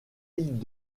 îles